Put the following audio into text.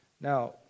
Now